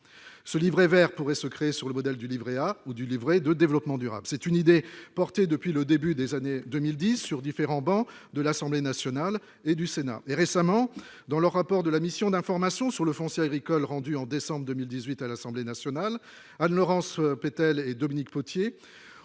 Ce livret vert pourrait être créé sur le modèle du livret A ou du livret de développement durable. Cette idée est portée depuis le début des années 2010 sur différents bancs de l'Assemblée nationale et différentes travées du Sénat. Récemment, dans leur rapport de la mission d'information sur le foncier agricole rendu en décembre 2018 à l'Assemblée nationale, Anne-Laurence Petel et Dominique Potier